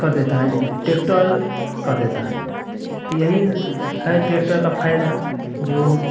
कर देता है ट्रैक्टर कर देता है तो यही है ट्रैक्टर का फायदा जो